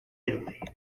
italy